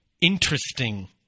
interesting